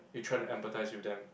you try to empathise with them